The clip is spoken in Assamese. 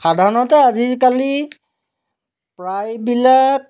সাধাৰণতে আজিকালি প্ৰায়বিলাক